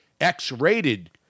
X-rated